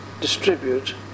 distribute